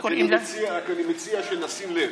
רק אני מציע שנשים לב: